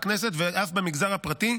בכנסת ואף במגזר הפרטי,